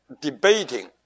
debating